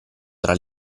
tra